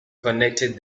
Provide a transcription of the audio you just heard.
connected